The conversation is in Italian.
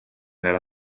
nella